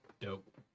Dope